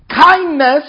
Kindness